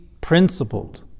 principled